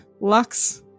Lux